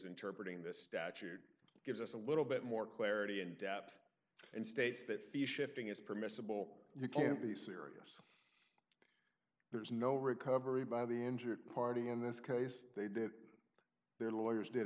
interpret in this statute gives us a little bit more clarity and depth and states that fee shifting is permissible you can't be serious there is no recovery by the injured party in this case they did their lawyers did